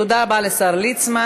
תודה רבה לשר ליצמן.